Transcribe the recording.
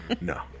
No